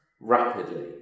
rapidly